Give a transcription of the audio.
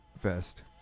vest